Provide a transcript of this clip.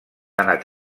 anat